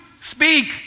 speak